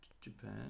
Japan